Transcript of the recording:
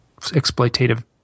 exploitative –